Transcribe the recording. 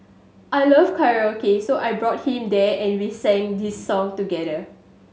I love karaoke so I brought him there and we sang this song together